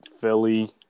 Philly